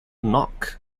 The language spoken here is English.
knock